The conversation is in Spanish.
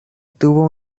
tuvo